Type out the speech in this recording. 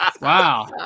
Wow